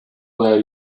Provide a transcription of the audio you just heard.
where